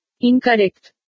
Incorrect